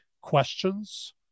questions